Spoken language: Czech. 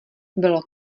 bylo